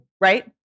Right